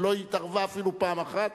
ולא התערבה אפילו פעם אחת,